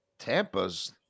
Tampa's